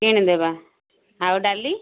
କିଣି ଦେବା ଆଉ ଡାଲି